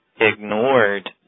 ignored